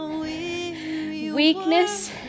Weakness